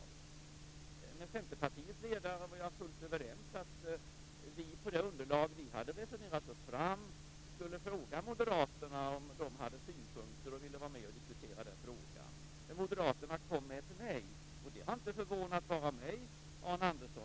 Med Centerpartiets ledare var jag fullt överens om att vi med det underlag vi hade resonerat oss fram skulle fråga Moderaterna om de hade synpunkter och ville diskutera frågan. Men Moderaterna kom med ett nej. Det har inte förvånat bara mig, Arne Andersson.